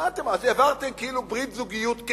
העברתם כאילו ברית זוגיות.